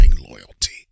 loyalty